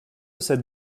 sept